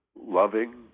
loving